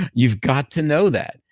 you've got to know that.